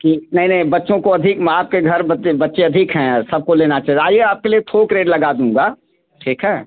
कि नहीं नहीं बच्चों को अधिक आपके घर बच्चे अधिक हैं सबको लेना फिर आइए आपके लिए थोक रेट लगा दूँगा ठीक है